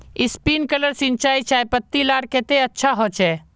Sprinkler सिंचाई चयपत्ति लार केते अच्छा होचए?